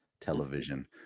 television